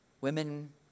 women